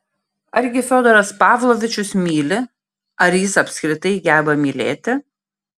argi fiodoras pavlovičius myli ar jis apskritai geba mylėti